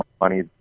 money